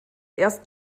erst